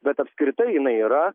bet apskritai jinai yra